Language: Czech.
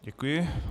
Děkuji.